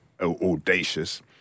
audacious